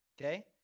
Okay